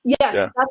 yes